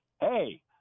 hey